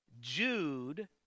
Jude